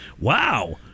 Wow